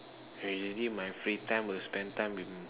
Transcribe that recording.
usually my free time will spend time with